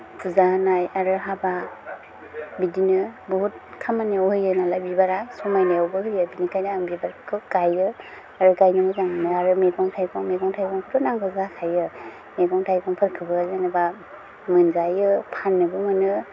फुजा होनाय आरो हाबा बिदिनो बुहुत खामानियाव होयो नालाय बिबारा समायनायावबो होयो बिनिखायनो आं बिबारखौ गायो आरो गायनो मोजां मोनो आरो मेगं थाइगं मेगं थाइगंखौथ' नांगौ जाखायो मेगं थाइगंफोरखौबो जेनेबा मोनजायो फान्नोबो मोनो